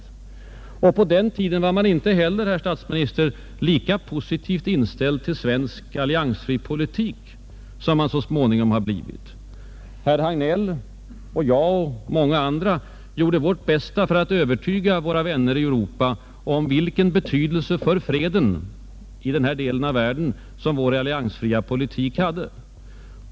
Allmänpolitisk debatt Allmänpolitisk debatt På den tiden var man inte heller, herr statsminister, lika positivt inställd till svensk alliansfri politik som man så småningom har blivit. Herr Hagnell och jag och många andra gjorde värt bästa för att övertyga vära vänner i Europa om vilken betydelse för freden i denna del av världen som värt lands alliansfria politik har.